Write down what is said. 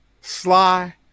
sly